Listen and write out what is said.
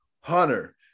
Hunter